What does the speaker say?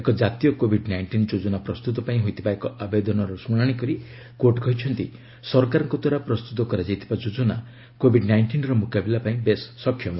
ଏକ ଜାତୀୟ କୋଭିଡ୍ ନାଇଷ୍ଟିନ୍ ଯୋଜନା ପ୍ରସ୍ତୁତ ପାଇଁ ହୋଇଥିବା ଏକ ଆବେଦନର ଶୁଶାଶି କରି କୋର୍ଟ୍ କହିଚ୍ଚନ୍ତି ସରକାରଙ୍କ ଦ୍ୱାରା ପ୍ରସ୍ତୁତ କରାଯାଇଥିବା ଯୋଜନା କୋଭିଡ୍ ନାଇଷ୍ଟିନ୍ର ମୁକାବିଲା ପାଇଁ ବେଶ୍ ସକ୍ଷମ